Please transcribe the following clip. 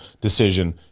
decision